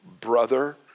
brother